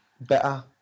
better